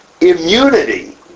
immunity